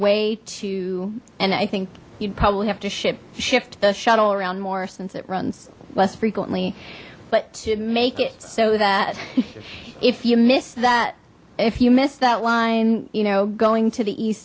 way to and i think you'd probably have to ship shift the shuttle around more since it runs less frequently but to make so that if you miss that if you missed that line you know going to the east